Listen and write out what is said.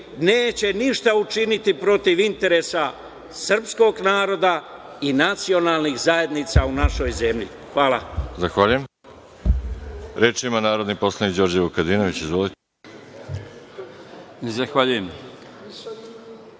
neće ništa učiniti protiv interesa srpskog naroda i nacionalnih zajednica u našoj zemlji. Hvala. **Veroljub Arsić** Zahvaljujem. Reč ima narodni poslanik, Đorđe Vukadinović. Izvolite. **Đorđe